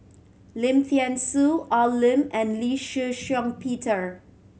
Lim Thean Soo Al Lim and Lee Shih Shiong Peter